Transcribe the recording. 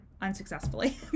unsuccessfully